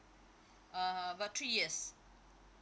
uh about three years